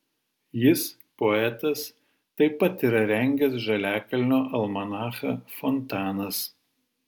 jis poetas taip pat yra rengęs žaliakalnio almanachą fontanas